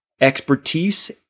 Expertise